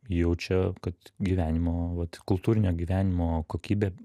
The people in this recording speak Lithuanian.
jaučia kad gyvenimo vat kultūrinio gyvenimo kokybė